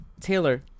Taylor